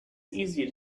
easy